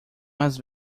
mais